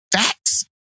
facts